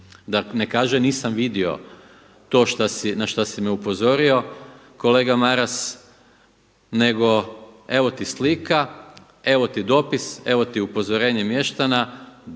da ne kaže nisam vidio to na šta si me upozorio kolega Maras nego evo ti slika, evo ti dopis, evo ti upozorenje mještana.